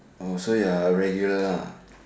oh so you are a regular lah